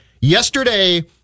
Yesterday